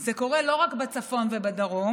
זה קורה לא רק בצפון ובדרום,